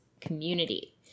community